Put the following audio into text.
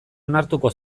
onartuko